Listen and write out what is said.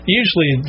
usually